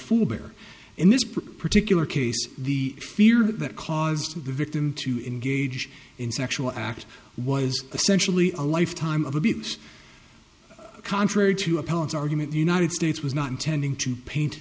fool bear in this particular case the fear that caused the victim to engage in sexual act was essentially a lifetime of abuse contrary to appellate argument the united states was not intending to paint